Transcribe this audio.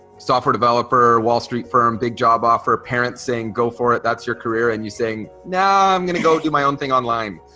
software developer, wall street firm, big job offer, parents saying, go for it, that's your career and you saying now i'm gonna go do my own thing online.